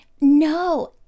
no